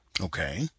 Okay